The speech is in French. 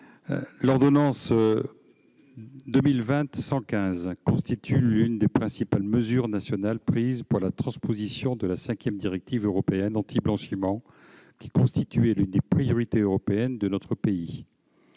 L'ordonnance 2020-115 constitue l'une des principales mesures nationales prises en vue de la transposition de la cinquième directive européenne anti-blanchiment, qui était l'une des priorités européennes de notre pays.